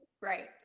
right